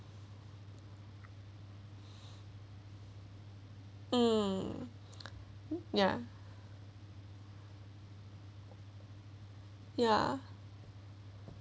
mm ya ya